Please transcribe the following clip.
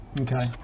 Okay